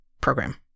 Program